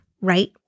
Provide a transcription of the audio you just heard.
right